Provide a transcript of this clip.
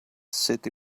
city